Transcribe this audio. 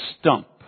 stump